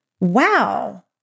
wow